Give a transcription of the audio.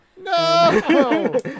No